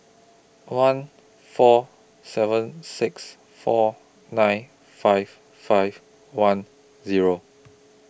one four seven six four nine five five one Zero